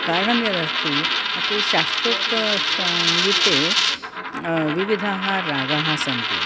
कारणं यदस्ति मम शास्त्रोक्तसाङ्गीते विविधाः रागाः सन्ति